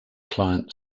client